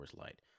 Light